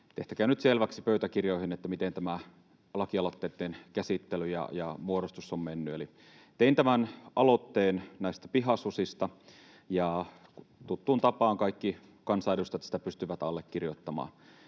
tehtäköön nyt selväksi pöytäkirjoihin, miten tämä lakialoitteitten käsittely ja muodostus on mennyt. Eli tein tämän aloitteen näistä pihasusista, ja tuttuun tapaan kaikki kansanedustajat sen pystyivät allekirjoittamaan.